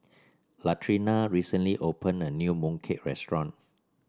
Latrina recently opened a new mooncake restaurant